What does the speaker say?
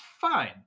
fine